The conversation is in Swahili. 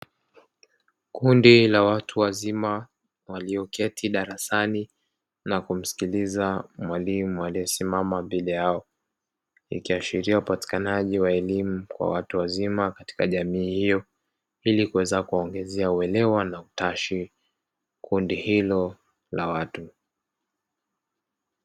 Kundi la watu wazima walioketi darasani na kumsikiliza mwalimu aliyesimama mbele yao, ikiashiria upatikanaji wa elimu kwa watu wazima katika jamii hiyo ili kuweza kuwaongezea uelewa na utashi kundi hilo la watu.